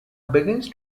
begins